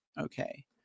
Okay